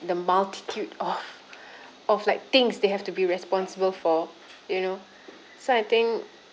the multitude of of like things they have to be responsible for you know so I think